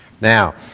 Now